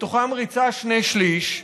מתוכם ריצה שני שלישים,